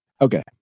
Okay